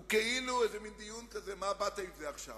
הוא כאילו איזה מין דיון כזה: מה באת עם זה עכשיו?